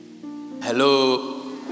Hello